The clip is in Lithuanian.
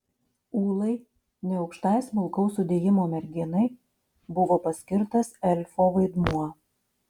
ūlai neaukštai smulkaus sudėjimo merginai buvo paskirtas elfo vaidmuo